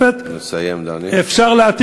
אי-תלותו של הנציב בבעל